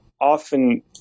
often